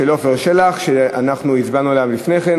התשע"ג 2013,